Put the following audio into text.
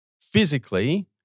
physically